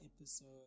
episode